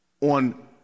on